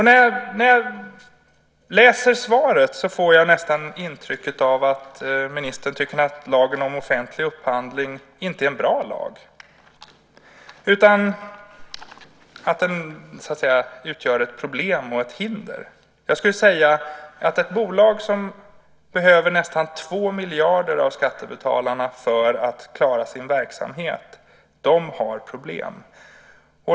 När jag läser svaret får jag nästan intrycket att ministern tycker att lagen om offentlig upphandling inte är en bra lag utan att den utgör ett problem och ett hinder. Jag skulle säga att ett bolag som behöver nästan 2 miljarder av skattebetalarna för att klara sin verksamhet har problem.